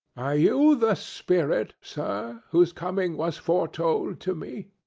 are you the spirit, sir, whose coming was foretold to me?